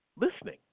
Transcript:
listening